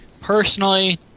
Personally